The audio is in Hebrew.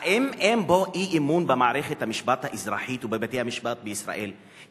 האם אין פה אי-אמון במערכת המשפט האזרחית ובבתי-המשפט בישראל,